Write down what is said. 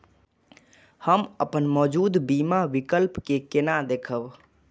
हम अपन मौजूद बीमा विकल्प के केना देखब?